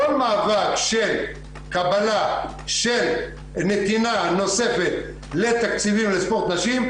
כל מאבק של קבלה של נתינה נוספת לתקציבים לספורט נשים,